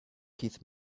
keith